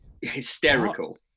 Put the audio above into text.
hysterical